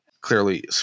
clearly